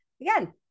again